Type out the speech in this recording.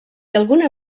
alguna